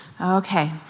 Okay